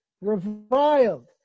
reviled